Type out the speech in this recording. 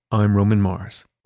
i'm roman mars